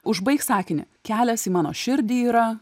užbaik sakinį kelias į mano širdį yra